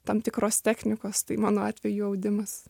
tam tikros technikos tai mano atveju audimas